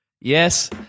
yes